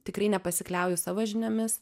tikrai nepasikliauju savo žiniomis